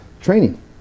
training